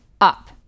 up